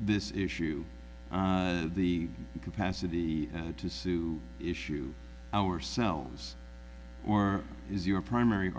this issue of the capacity to sue issue ourselves or is your primary